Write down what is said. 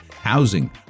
housing